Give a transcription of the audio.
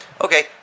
okay